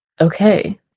Okay